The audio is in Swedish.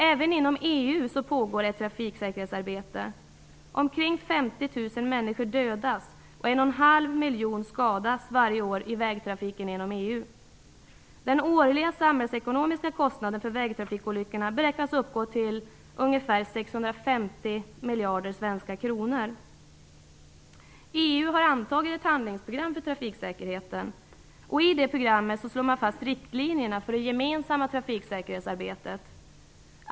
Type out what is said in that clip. Även inom EU pågår ett trafiksäkerhetsarbete. Omkring 50 000 människor dödas och 1,5 miljoner skadas varje år i vägtrafiken inom EU. Den årliga samhällsekonomiska kostnaden för vägtrafikolyckorna beräknas uppgå till ungefär 650 miljarder svenska kronor. EU har antagit ett handlingsprogram för trafiksäkerheten, och i det programmet slår man fast riktlinjerna för det gemensamma trafiksäkerhetsarbetet.